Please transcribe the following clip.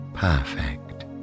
Perfect